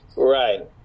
Right